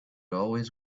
always